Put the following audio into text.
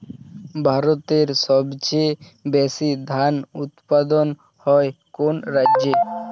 ভারতের সবচেয়ে বেশী ধান উৎপাদন হয় কোন রাজ্যে?